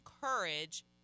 courage